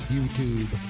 YouTube